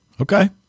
Okay